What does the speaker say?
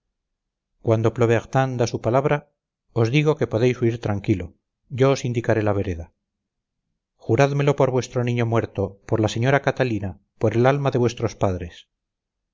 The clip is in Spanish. cuando plobertin da su palabra os digo que podéis huir tranquilo yo os indicaré la vereda jurádmelo por vuestro niño muerto por la señora catalina por el alma de vuestros padres